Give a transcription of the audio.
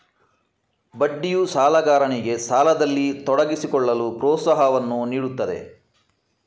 ಬಡ್ಡಿಯು ಸಾಲಗಾರನಿಗೆ ಸಾಲದಲ್ಲಿ ತೊಡಗಿಸಿಕೊಳ್ಳಲು ಪ್ರೋತ್ಸಾಹವನ್ನು ನೀಡುತ್ತದೆ